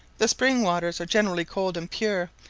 the spring-waters are generally cold and pure,